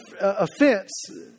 Offense